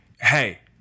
hey